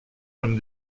comme